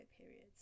periods